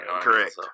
Correct